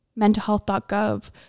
mentalhealth.gov